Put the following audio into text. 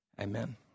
Amen